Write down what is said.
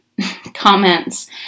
comments